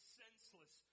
senseless